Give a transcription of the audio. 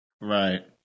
Right